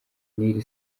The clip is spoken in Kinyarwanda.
n’iri